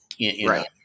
Right